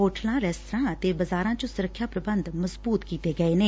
ਹੋਸਟਾਂ ਰੇਸਤਰਾਂ ਅਤੇ ਬਜ਼ਾਰਾਂ ਚ ਸੁਰੱਖਿਆ ਪ੍ਰਬੰਧ ਮਜਬੁਤ ਕੀਤੇ ਗਏ ਨੇ